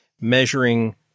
measuring